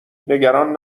نگران